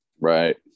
Right